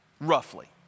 roughly